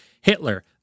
Hitler